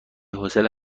حوصله